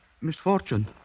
misfortune